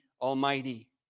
Almighty